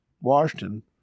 Washington